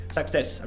Success